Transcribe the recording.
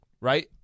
right